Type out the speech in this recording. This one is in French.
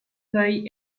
feuilles